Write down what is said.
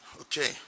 Okay